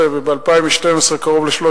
כן, זה לשנת 2011, וב-2012 קרוב ל-370.